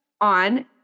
on